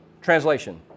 Translation